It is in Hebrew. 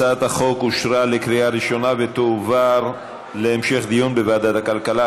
הצעת החוק התקבלה בקריאה ראשונה ותועבר להמשך דיון בוועדת הכלכלה.